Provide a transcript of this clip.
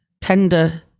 tender